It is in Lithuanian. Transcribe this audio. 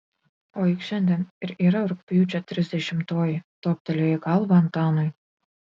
o juk šiandien ir yra rugpjūčio trisdešimtoji toptelėjo į galvą antanui